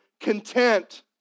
content